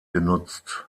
genutzt